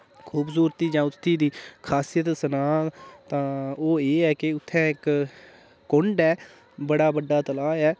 खूबसुरती जां दी खासियत सनां तां ओह् एह् ऐ के उत्थै एक कुंड ऐ बड़ा बड्डा तला ए